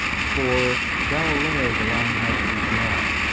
for galileo the line had to be drawn,